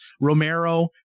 Romero